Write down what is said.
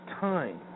time